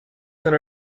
con